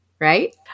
Right